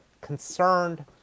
concerned